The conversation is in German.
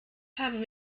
haben